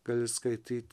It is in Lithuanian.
gali skaityt